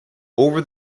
over